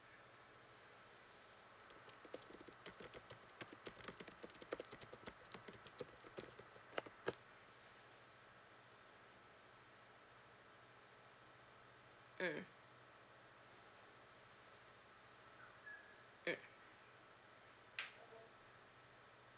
mm mm